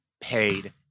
paid